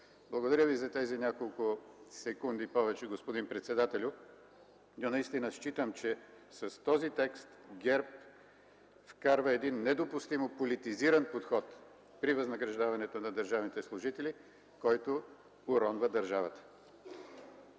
благодаря Ви за тези няколко секунди повече, но наистина считам, че с този текст ГЕРБ вкарва един недопустимо политизиран подход при възнаграждението на държавните служители, който уронва държавата.